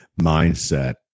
mindset